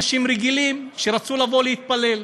אנשים רגילים שרצו לבוא להתפלל,